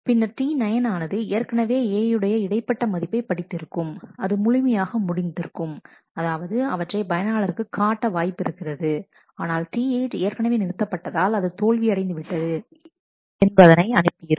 பின்னர் T9 ஆனது ஏற்கனவே A உடைய இடைப்பட்ட மதிப்பைப் படித்து இருக்கும் அது முழுமையாக முடிந்திருக்கும் அதாவது அவற்றை பயனாளருக்கு காட்ட வாய்ப்பு இருக்கிறது ஆனால் T8 ஏற்கனவே நிறுத்தப்பட்டதால் அது தோல்வி அடைந்து விட்டது என்பதனை அனுப்பியிருக்கும்